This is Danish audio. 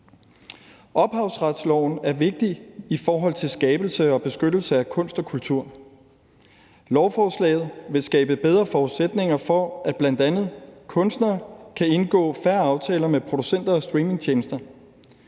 Ophavsretsloven er vigtig i forhold til skabelse og beskyttelse af kunst og kultur. Lovforslaget vil skabe bedre forudsætninger for, at bl.a. kunstnere kan indgå fair aftaler med producenter og streamingtjenester.